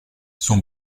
son